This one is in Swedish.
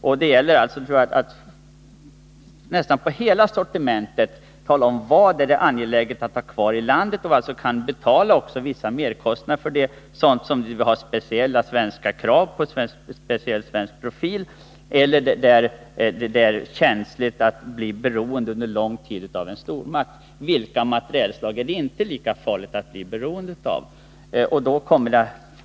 I fråga om hela sortimentet gäller det att bedöma vad det är angeläget att ha kvar inom landet för sådana vapen som vi har speciellt svenska krav på och där det krävs en speciellt svensk profil eller där det är känsligt att under en lång tid bli beroende av en stormakt. Vilka materielslag är det inte lika farligt att bli importberoende av?